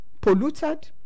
polluted